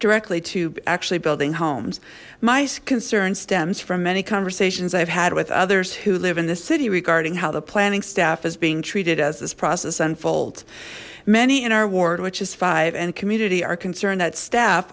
directly to actually building homes my concern stems from many conversations i've had with others who live in the city regarding how the planning staff is being treated as this process unfolds many in our ward which is five and community are concerned that staff